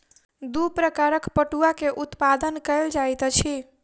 दू प्रकारक पटुआ के उत्पादन कयल जाइत अछि